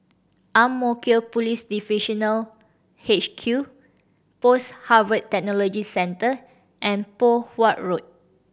Ang Mo Kio Police Divisional H Q Post Harvest Technology Centre and Poh Huat Road